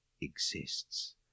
exists